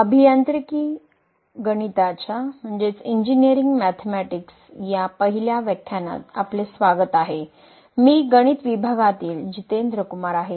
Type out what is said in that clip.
अभियांत्रिकी गणिताच्या पहिल्या व्याख्यानात आपले स्वागत आहे मी गणित विभागातील जितेंद्र कुमार आहे